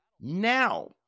now